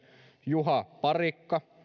juha parikka